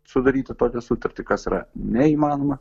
sudaryti tokią sutartį kas yra neįmanoma